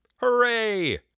Hooray